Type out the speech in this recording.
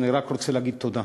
אני רק רוצה לומר תודה.